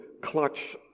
clutch